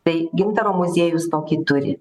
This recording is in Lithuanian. tai gintaro muziejus tokį turi